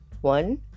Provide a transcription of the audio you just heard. One